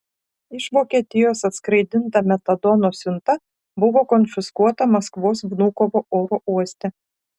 iš vokietijos atskraidinta metadono siunta buvo konfiskuota maskvos vnukovo oro uoste